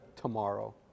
tomorrow